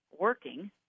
working